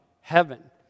heaven